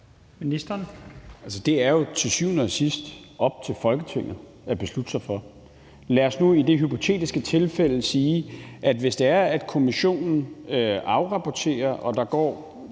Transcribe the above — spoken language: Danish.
Det er jo til syvende og sidst op til Folketinget at beslutte sig for. Lad os som et hypotetisk eksempel forestille os, at kommissionen afrapporterer, og der går,